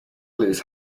lose